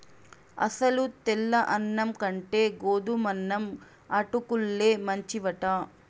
అసలు తెల్ల అన్నం కంటే గోధుమన్నం అటుకుల్లే మంచివట